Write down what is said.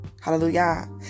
Hallelujah